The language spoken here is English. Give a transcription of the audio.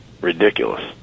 ridiculous